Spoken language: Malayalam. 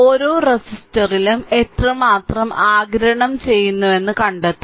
ഓരോ റെസിസ്റ്ററിലും എത്രമാത്രം ആഗിരണം ചെയ്യുന്നുവെന്ന് കണ്ടെത്തുക